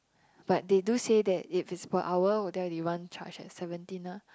but they do say that if it's per hour would they be want charge at seventeen ah